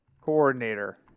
coordinator